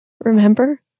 Remember